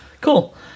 cool